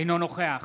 אינו נוכח